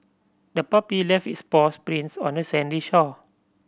the puppy left its paws prints on the sandy shore